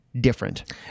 different